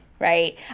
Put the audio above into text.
Right